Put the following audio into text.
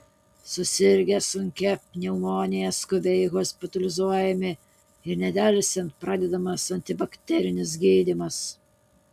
susirgę sunkia pneumonija skubiai hospitalizuojami ir nedelsiant pradedamas antibakterinis gydymas